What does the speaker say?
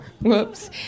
Whoops